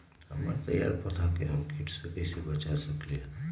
हमर तैयार पौधा के हम किट से कैसे बचा सकलि ह?